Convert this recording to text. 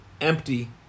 empty